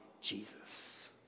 Jesus